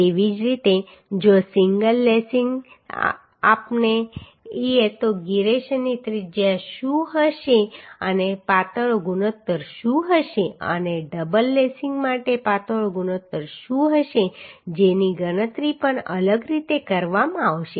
તેવી જ રીતે જો સિંગલ લેસિંગ આપીએ તો ગિરેશનની ત્રિજ્યા શું હશે અને પાતળો ગુણોત્તર શું હશે અને ડબલ લેસિંગ માટે પાતળો ગુણોત્તર શું હશે જેની ગણતરી પણ અલગ રીતે કરવામાં આવશે